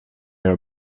are